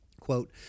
quote